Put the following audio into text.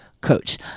coach